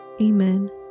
Amen